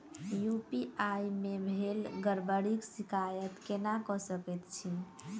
UPI मे भेल गड़बड़ीक शिकायत केना कऽ सकैत छी?